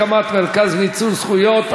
הקמת מרכזי מיצוי זכויות),